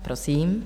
Prosím.